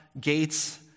Gates